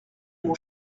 mon